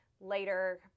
later